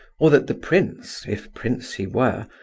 or that the prince, if prince he were,